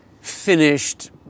finished